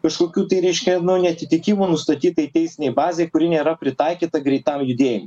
kažkokių tai reiškia neatitikimų nustatytai teisinei bazei kuri nėra pritaikyta greitam judėjimui